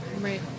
Right